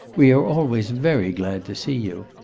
we are always very glad to see you.